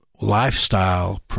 lifestyle